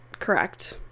correct